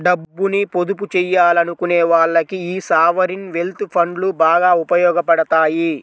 డబ్బుని పొదుపు చెయ్యాలనుకునే వాళ్ళకి యీ సావరీన్ వెల్త్ ఫండ్లు బాగా ఉపయోగాపడతాయి